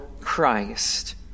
Christ